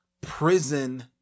prison